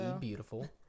beautiful